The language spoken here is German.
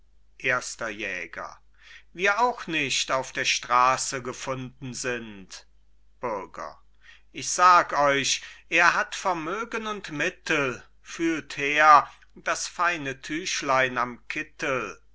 erster jäger wir auch nicht auf der straße gefunden sind bürger ich sag euch er hat vermögen und mittel fühlt her das feine tüchlein am kittel